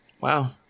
Wow